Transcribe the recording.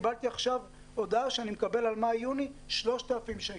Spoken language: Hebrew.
וקיבלתי עכשיו הודעה שאני מקבל על מאי-יוני 3,000 שקל.